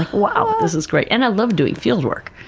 wow, this is great! and i love doing field work.